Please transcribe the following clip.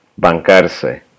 bancarse